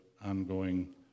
ongoing